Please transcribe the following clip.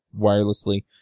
wirelessly